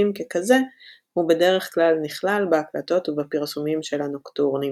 ככזה הוא בדרך כלל נכלל בהקלטות ובפרסומים של הנוקטורנים.